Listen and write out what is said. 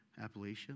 Appalachia